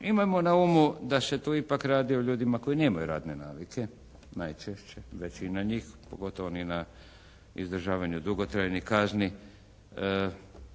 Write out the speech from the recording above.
imajmo na umu da se tu ipak radi o ljudima koji nemaju radne navike, najčešće, većina njih, pogotovo ni na izdržavanju dugotrajne kazni.